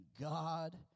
God